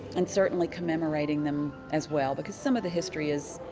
and certainly commemorating them as well, because some of the history is.